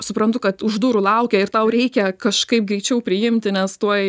suprantu kad už durų laukia ir tau reikia kažkaip greičiau priimti nes tuoj